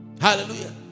hallelujah